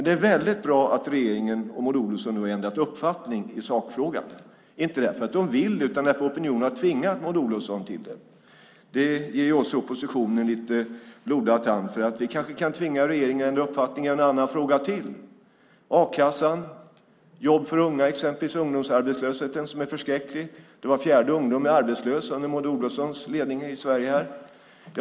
Det är väldigt bra att regeringen och Maud Olofsson nu har ändrat uppfattning i sakfrågan - inte därför att hon vill det utan därför att opinionen har tvingat Maud Olofsson till det. Det ger oss i oppositionen blodad tand. Vi kanske kan tvinga regeringen att ändra uppfattning i någon annan fråga också, till exempel a-kassan eller ungdomsarbetslösheten, som ju är förskräcklig då var fjärde ungdom är arbetslös under Maud Olofssons ledarskap.